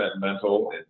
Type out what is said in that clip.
mental